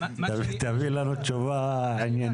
תענה לנו תשובה עניינית.